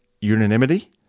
unanimity